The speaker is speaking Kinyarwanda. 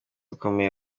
ukomeye